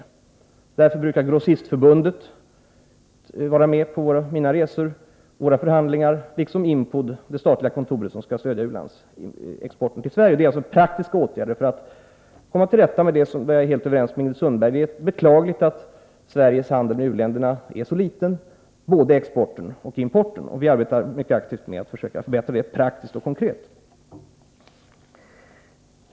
Därför brukar företrädare för Grossistförbundet vara med på mina resor och förhandlingar liksom företrädare för IMPOD, det statliga kontoret som skall stödja u-landsexporten till Sverige. Det här är alltså praktiska åtgärder för att komma till rätta med det beklagliga faktum — jag är helt överens med Ingrid Sundberg om det — att Sveriges handel med u-länderna, både exporten och importen, är så liten som den är. Vi arbetar mycket, praktiskt och konkret, för att försöka förbättra detta förhållande.